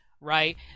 right